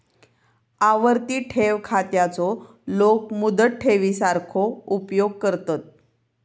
आवर्ती ठेव खात्याचो लोक मुदत ठेवी सारखो उपयोग करतत